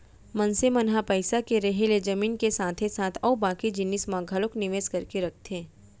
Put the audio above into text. मनसे मन ह पइसा के रेहे ले जमीन के साथे साथ अउ बाकी जिनिस म घलोक निवेस करके रखथे